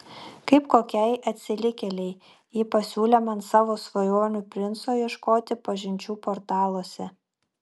kaip kokiai atsilikėlei ji pasiūlė man savo svajonių princo ieškoti pažinčių portaluose